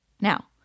Now